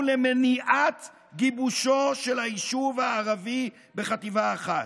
למניעת גיבושו של היישוב הערבי בחטיבה אחת.